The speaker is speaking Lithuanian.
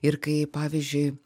ir kai pavyzdžiui